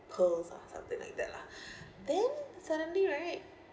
pearls or something like that lah then suddenly right